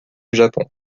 japon